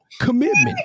commitment